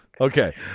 Okay